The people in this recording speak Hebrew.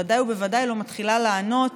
ובוודאי ובוודאי לא מתחילה לענות